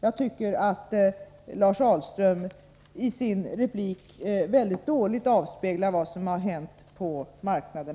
Jag tycker att Lars Ahlströms inlägg mycket dåligt avspeglar vad som har hänt på marknaden.